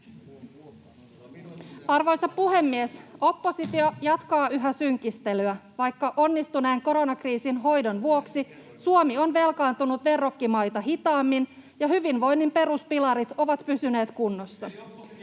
Arvoisa puhemies! Oppositio jatkaa yhä synkistelyä, vaikka onnistuneen koronakriisin hoidon vuoksi Suomi on velkaantunut verrokkimaita hitaammin ja hyvinvoinnin peruspilarit ovat pysyneet kunnossa.